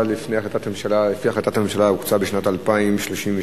לפי החלטת הממשלה הוקצו בשנת 2000 38